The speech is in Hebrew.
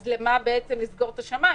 אז למה בעצם לסגור את השמים?